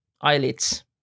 eyelids